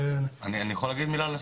אני יכול להגיד מילה לשר?